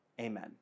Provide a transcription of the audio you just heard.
Amen